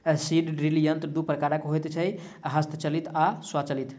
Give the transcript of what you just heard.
seed drill यंत्र दू प्रकारक होइत छै, हस्तचालित आ स्वचालित